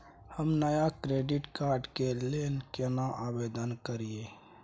हम नया debit card के लेल केना आवेदन करियै?